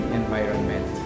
environment